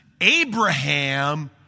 Abraham